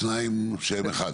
שניים שהם אחד.